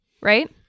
right